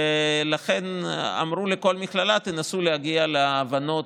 לכן אמרו לכל מכללה: תנסו להגיע להבנות,